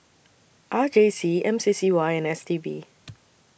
R J C M C C Y and S T B